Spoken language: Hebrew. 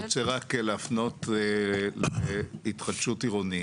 אני רוצה רק להפנות להתחדשות עירונית.